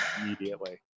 immediately